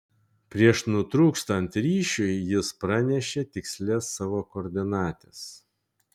prieš nutrūkstant ryšiui jis pranešė tikslias savo koordinates